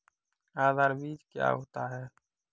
आधार बीज क्या होता है?